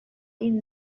این